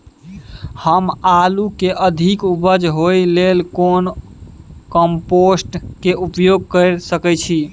हम आलू के अधिक उपज होय लेल कोन कम्पोस्ट के उपयोग कैर सकेत छी?